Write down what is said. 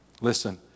Listen